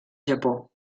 japó